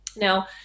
Now